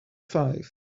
five